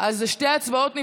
אז אלה שתי הצבעות נפרדות.